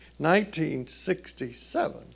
1967